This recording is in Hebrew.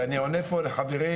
ואני עונה פה לחברי,